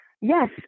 Yes